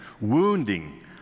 wounding